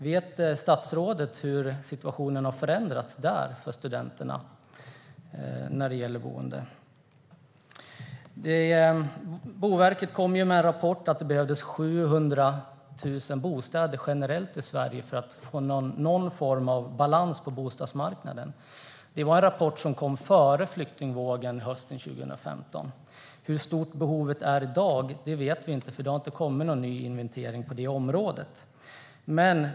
Vet statsrådet hur situationen har förändrats för studenterna i och med detta när det gäller boende? Svar på interpellationer Boverket har kommit med en rapport där man säger att det behövs 700 000 bostäder generellt i Sverige för att få någon form av balans på bostadsmarknaden. Det var en rapport som kom före flyktingvågen hösten 2015. Hur stort behovet är i dag vet vi inte, för det har inte kommit någon ny inventering på området.